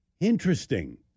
Interesting